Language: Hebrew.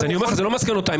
אלו לא מסקנותיי.